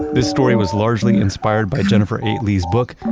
this story was largely inspired by jennifer eight. lee's book,